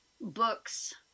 books